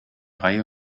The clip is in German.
reihe